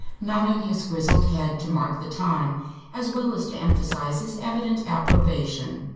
nodding his grizzled head to mark the time as well as to emphasize his evident approbation.